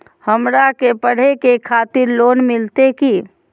हमरा के पढ़े के खातिर लोन मिलते की?